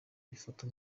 bifatwa